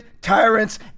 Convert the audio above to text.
tyrants